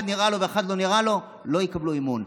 אחד נראה לו ואחד לא נראה לו, לא תקבלו אמון.